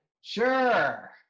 Sure